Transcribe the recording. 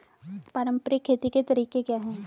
पारंपरिक खेती के तरीके क्या हैं?